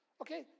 Okay